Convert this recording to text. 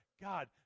God